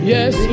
Yes